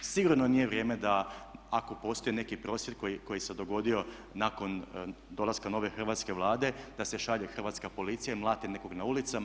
Sigurno nije vrijeme da ako postoji neki prosvjed koji se dogodio nakon dolaska nove Hrvatske vlade da se šalje Hrvatska policija i mlati nekog na ulicama.